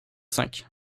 cinq